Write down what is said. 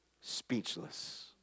Speechless